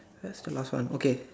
that's the last one okay